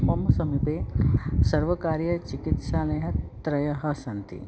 मम समीपे सर्वकारीयचिकित्सालयाः त्रयः सन्ति